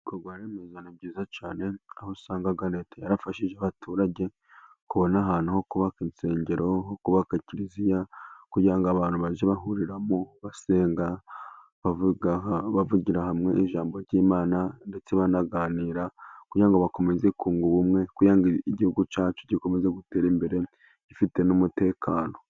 Ni byiza cyane aho usanga leta yarafashije abaturage kubona ahantu ho kubaka insengero, ho kubaka kiliziya kugira ngo abantu bajye bahuriramo basenga ,bavugira hamwe ijambo ry'Imana, ndetse banaganira kugira ngo bakomeze kunga ubumwe, igihugu cyacu gikomeze gutera imbere gifite n'umutekano.